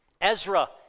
Ezra